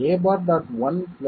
1 a'